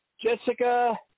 Jessica